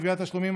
גביית תשלומים),